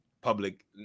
public